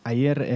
Ayer